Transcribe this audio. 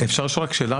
רגע, אפשר לשאול רק שאלה?